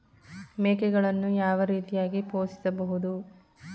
ಮೇಕೆಗಳನ್ನು ಯಾವ ರೀತಿಯಾಗಿ ಪೋಷಿಸಬಹುದು?